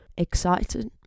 excited